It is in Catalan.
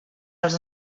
als